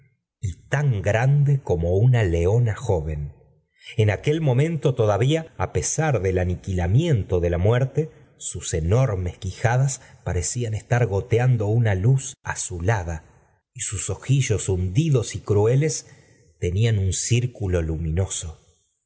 y tan grande como una leona joven en aquel momento todavía á pesar del aniquilamiento de la muerte sus enormes quijadas parecían estar gol cando una luz azulada y sus ojillos hundidos y crueles tenían un círculo luminoso